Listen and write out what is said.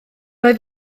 oedd